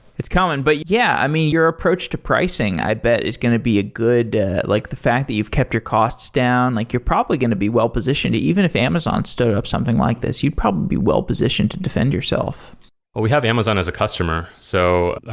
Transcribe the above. it's coming. but, yeah. i mean, your approach to pricing i bet it's going to be a good like the fact that you've kept your costs down. like you're probably going to be well-positioned even if amazon stood up something like this. you'd probably be well-position to defend yourself we have amazon as a customer. so